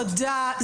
תודה.